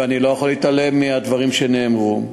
ואני לא יכול להתעלם מהדברים שנאמרו,